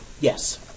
Yes